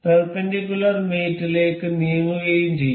perpendicular മേറ്റ് ലേക്ക് നീങ്ങുകയും ചെയ്യും